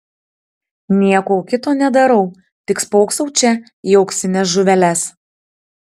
nieko kito nedarau tik spoksau čia į auksines žuveles